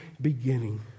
beginning